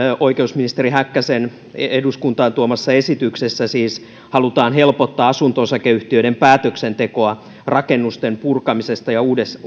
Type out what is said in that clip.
oikeusministeri häkkäsen eduskuntaan tuomassa esityksessä siis halutaan helpottaa asunto osakeyhtiöiden päätöksentekoa rakennusten purkamisesta ja